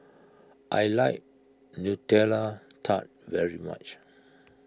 I like Nutella Tart very much